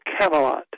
Camelot